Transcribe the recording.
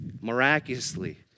miraculously